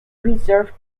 reserve